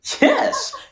Yes